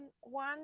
One